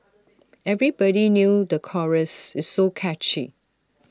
everybody knew the chorus it's so catchy